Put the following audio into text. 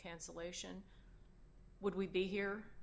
cancellation would we be here